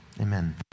Amen